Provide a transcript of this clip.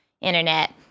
Internet